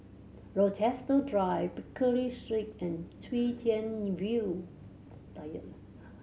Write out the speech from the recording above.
Rochester Drive Pickering Street and Chwee Chian View